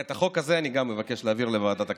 ואת החוק הזה אני מבקש להעביר לוועדת הקליטה.